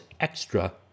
extra